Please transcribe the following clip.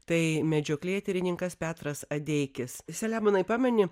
tai medžioklėtyrininkas petras adeikis saliamonai pameni